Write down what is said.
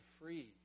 free